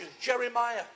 Jeremiah